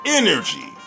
energy